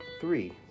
three